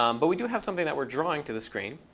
um but we do have something that we're drawing to the screen.